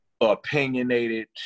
opinionated